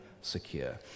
secure